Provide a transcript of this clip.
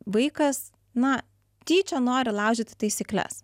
vaikas na tyčia nori laužyti taisykles